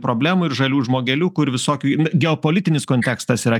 problemų ir žalių žmogeliukų ir visokių geopolitinis kontekstas yra